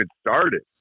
started